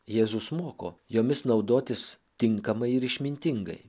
jėzus moko jomis naudotis tinkamai ir išmintingai